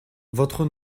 votre